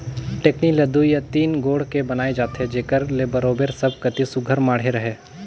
टेकनी ल दुई या तीन गोड़ के बनाए जाथे जेकर ले बरोबेर सब कती सुग्घर माढ़े रहें